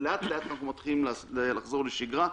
לאט לאט אנחנו מתחילים לחזור לשגרה,